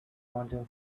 quantum